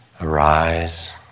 arise